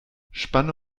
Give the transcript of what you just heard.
spanne